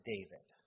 David